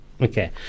Okay